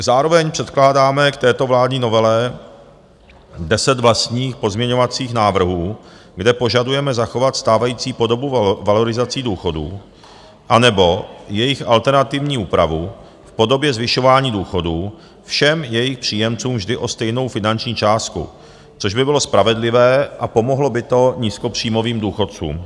Zároveň předkládáme k této vládní novele deset vlastních pozměňovacích návrhů, kde požadujeme zachovat stávající podobu valorizací důchodů, anebo jejich alternativní úpravu v podobě zvyšování důchodů všem jejich příjemcům vždy o stejnou finanční částku, což by bylo spravedlivé a pomohlo by to nízkopříjmovým důchodcům.